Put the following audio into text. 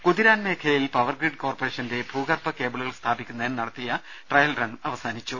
ഒരു കുതിരാൻ മേഖലയിൽ പവ്വർഗ്രിഡ് കോർപ്പറേഷന്റെ ഭൂഗർഭ കേബിളുകൾ സ്ഥാപിക്കുന്നതിന് നടത്തിയ ട്രയൽ റൺ അവസാനിച്ചു